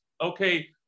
okay